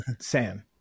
SAM